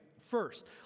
First